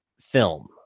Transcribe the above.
Film